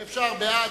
אפשר בעד,